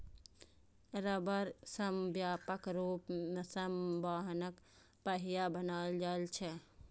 रबड़ सं व्यापक रूप सं वाहनक पहिया बनाएल जाइ छै